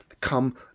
come